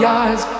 eyes